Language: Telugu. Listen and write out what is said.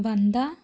వంద